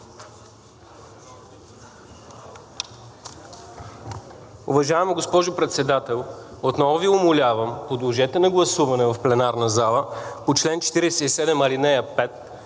Уважаема госпожо Председател, отново Ви умолявам, подложете на гласуване в пленарна зала по чл. 47, ал. 5